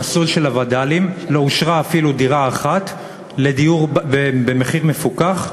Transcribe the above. במסלול של הווד"לים לא אושרה אפילו דירה אחת במחיר מפוקח,